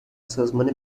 سازمان